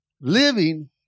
Living